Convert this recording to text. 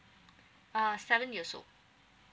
uh seven years old